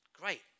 Great